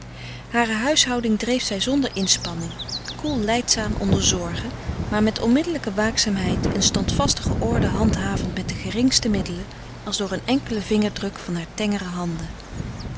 hare huishouding dreef zij zonder inspanning koel lijdzaam onder zorgen maar met onmiddellijke waakzaamheid een standvastige orde handhavend met de geringste middelen als door een enkelen vingerdruk van haar tengere handen